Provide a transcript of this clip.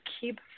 keep